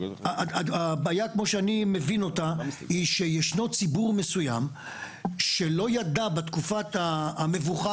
הבעיה כמו שאני מבין אותה היא שיש ציבור מסוים שלא ידע בתקופת המבוכה